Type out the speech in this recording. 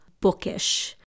bookish